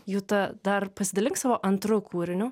juta dar pasidalink savo antru kūriniu